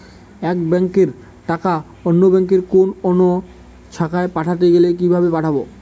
এক ব্যাংকের টাকা অন্য ব্যাংকের কোন অন্য শাখায় পাঠাতে গেলে কিভাবে পাঠাবো?